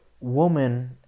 woman